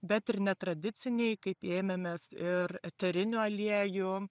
bet ir netradicinėj kaip ėmėmės ir eterinių aliejų